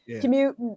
Commute